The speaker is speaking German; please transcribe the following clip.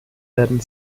werden